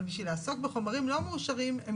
אבל בשביל לעסוק בחומרים לא מאושרים הם